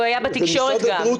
הוא היה בתקשורת גם.